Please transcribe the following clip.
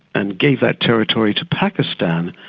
and gave that territory to pakistan,